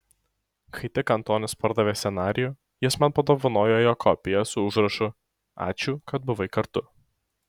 kai tik antonis pardavė scenarijų jis man padovanojo jo kopiją su užrašu ačiū kad buvai kartu